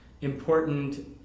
important